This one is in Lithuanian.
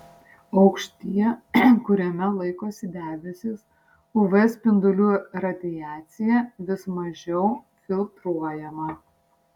aukštyje kuriame laikosi debesys uv spindulių radiacija vis mažiau filtruojama